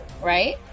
right